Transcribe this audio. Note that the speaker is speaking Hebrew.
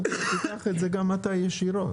תיקח את זה גם אתה ישירות.